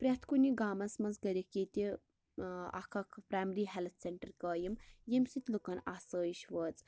پرٛتھ کُنہِ گامَس مَنٛز کٔرِکھ ییٚتہِ اَکھ اَکھ پرٛایمری ہیٚلتھ سیٚنٹر قٲیم ییمہِ سۭتۍ لُکَن آسٲیِچ وٲژ